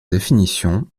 définition